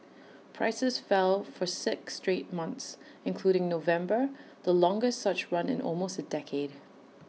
prices fell for six straight months including November the longest such run in almost A decade